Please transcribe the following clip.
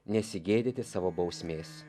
nesigėdyti savo bausmės